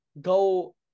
go